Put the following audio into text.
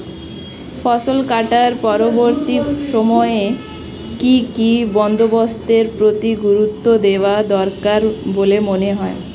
ফসল কাটার পরবর্তী সময়ে কি কি বন্দোবস্তের প্রতি গুরুত্ব দেওয়া দরকার বলে মনে হয়?